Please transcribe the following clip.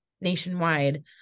nationwide